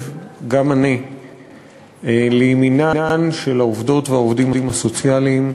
גם אני לימינם של העובדות והעובדים הסוציאליים.